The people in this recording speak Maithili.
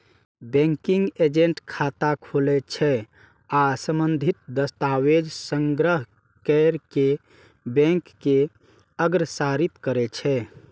बैंकिंग एजेंट खाता खोलै छै आ संबंधित दस्तावेज संग्रह कैर कें बैंक के अग्रसारित करै छै